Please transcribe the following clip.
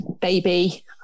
baby